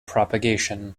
propagation